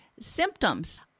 symptoms